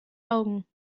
augen